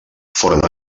foren